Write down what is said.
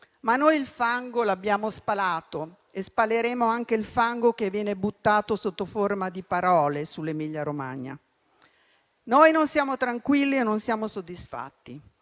Noi il fango l'abbiamo spalato e spaleremo anche il fango che viene buttato sotto forma di parole sull'Emilia-Romagna. Noi non siamo tranquilli e non siamo soddisfatti.